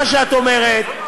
מה שאת אומרת,